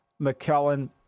McKellen